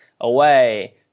away